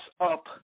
up